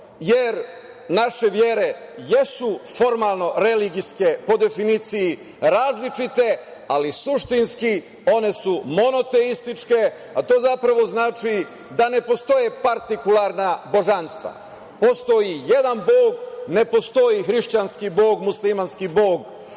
jer naše vere jesu formalno religijski, po definiciji, različite, ali suštinski one su monoteističke, a to zapravo znači da ne postoje partikularna božanstva. Postoji jedan Bog. Ne postoji hrišćanski Bog, muslimanski Bog,